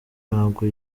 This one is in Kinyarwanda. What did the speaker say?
ntabwo